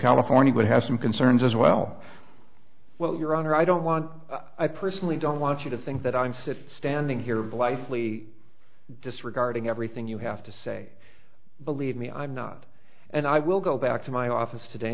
california would have some concerns as well well your honor i don't want i personally don't want you to think that i'm fit standing here blithely disregarding everything you have to say believe me i'm not and i will go back to my office today